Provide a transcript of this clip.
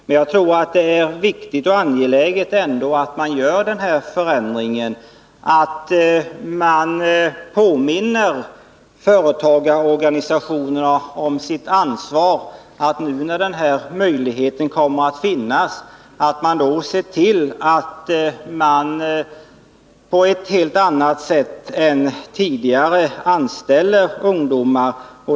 Men jag tror att det är viktigt och angeläget att vi gör denna förändring. Det är också viktigt att vi påminner företagarorganisationerna om deras ansvar att nu, när denna möjlighet kommer att finnas, se till att företagen på ett helt annat sätt än tidigare anställer ungdomar.